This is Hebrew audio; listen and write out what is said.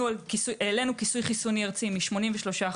העלינו כיסוי חיסוני ארצי מ-82%